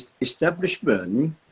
establishment